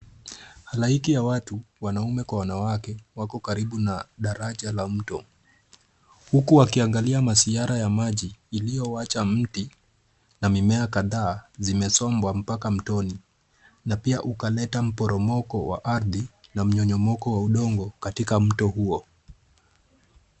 Halaiki ya watu waume kwa wanawake wako karibu na daraja la mto. Huku wakiangalia maziara ya maji iliyowacha mti na mimea kadhaa zimesombwa mpaka mtoni, na pia ukaleta mporomoko wa ardhi, na mnyonyomoko wa udongo katika mto huo.